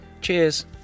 Cheers